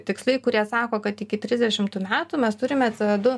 tikslai kurie sako kad iki trisdešimtų metų mes turime ce o du